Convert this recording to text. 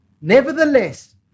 Nevertheless